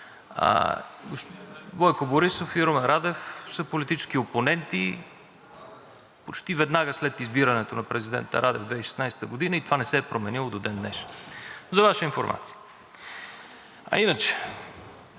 Бойко Борисов и Румен Радев са политически опоненти почти веднага след избирането на президента Радев 2016 г. и това не се е променило до ден днешен. За Ваша информация. А иначе